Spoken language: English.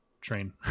train